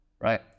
right